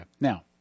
Now